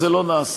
וזה לא נעשה,